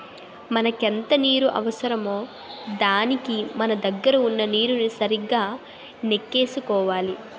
మనకెంత నీరు అవసరమో దానికి మన దగ్గర వున్న నీరుని సరిగా నెక్కేసుకోవాలి